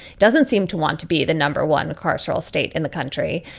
doesn't seem to want to be the number one carswell state in the country.